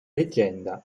leggenda